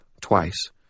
twice